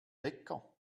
wecker